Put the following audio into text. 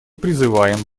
призываем